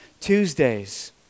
Tuesdays